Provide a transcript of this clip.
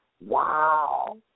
wow